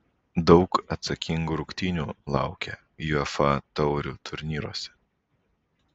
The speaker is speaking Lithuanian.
daug atsakingų rungtynių laukia uefa taurių turnyruose